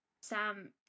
Sam